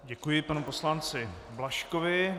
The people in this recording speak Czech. Děkuji panu poslanci Blažkovi.